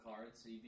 cards